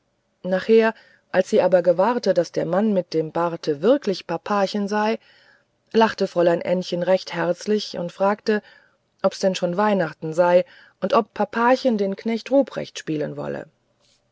nachher als sie aber gewahrte daß der mann mit dem barte wirklich papachen sei lachte fräulein ännchen recht herzlich und fragte ob's denn schon weihnachten sei und ob papachen den knecht ruprecht spielen wolle